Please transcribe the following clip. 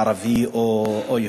ערבי או יהודי,